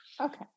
Okay